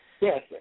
Yes